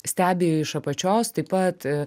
stebi iš apačios taip pat